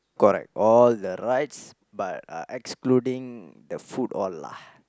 correct all the rides but uh excluding the food all lah